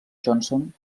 johnson